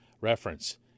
reference